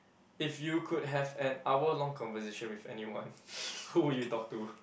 if you could have an hour long conversation with anyone who would you talk to